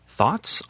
Thoughts